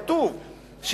כתוב,